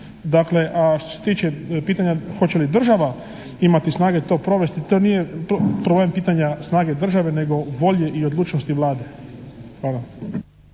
Dakle, što se tiče pitanja hoće li država imati snage to provesti to nije problem pitanja snage države nego volje i odlučnosti Vlade.